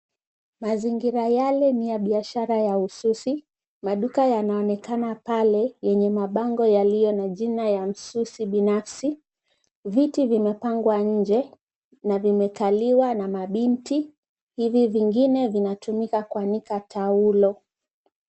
Mazingira yale ni ya biashara ya ususi. Maduka yanaonekana pale yenye mabango yaliyo na jina ya msusi binafsi. Viti vimepangwa nje na vimekaliwa na mabinti, hivi vingine vinatumika kuanika taulo.